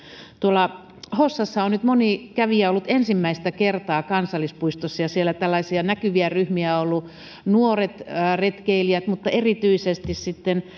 hossassa on nyt moni kävijä ollut ensimmäistä kertaa kansallispuistossa siellä tällaisia näkyviä ryhmiä ovat olleet nuoret retkeilijät mutta erityisesti sitten